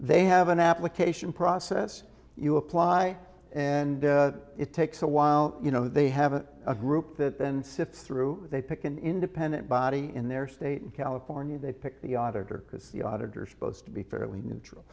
they have an application process you apply and it takes a while you know they have an a group that then sift through they pick an independent body in their state in california they pick the auditor because the auditors supposed to be fairly neutral